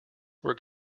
were